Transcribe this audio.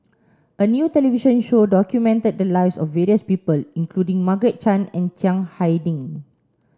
a new television show documented the lives of various people including Margaret Chan and Chiang Hai Ding